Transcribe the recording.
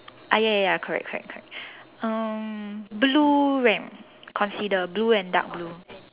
ah ya ya ya correct correct correct um blue ram consider blue and dark blue